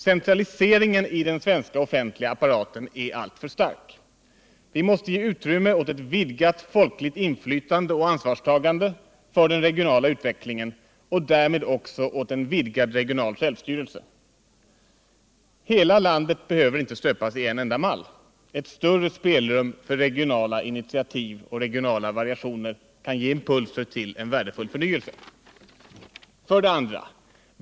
Centraliseringen i den svenska offentliga apparaten är alltför stark. Vi måste ge utrymme åt ett vidgat folkligt inflytande och ansvarstagande för den regionala utvecklingen och därmed också åt en vidgad regional självstyrelse. Hela landet behöver inte stöpas i en enda form. Ett större spelrum för regionala initiativ och regionala variationer kan ge impulser till en värdefull förnyelse. 2.